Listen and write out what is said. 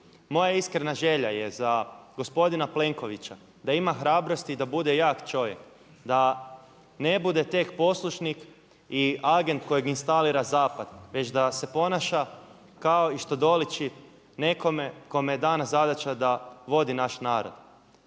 Moja iskrena želja je za gospodina Plenkovića da ima hrabrosti i da bude jak čovjek, da ne bude tek poslušnik i agent kojeg instalira zapad već da se ponaša kao i što doliči nekome kome je dana zadaća da vodi naš narod.